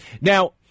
Now